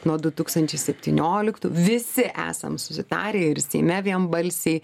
nuo du tūkstančiai septynioliktų visi esam susitarę ir seime vienbalsiai